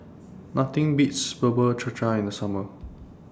Nothing Beats Bubur Cha Cha in The Summer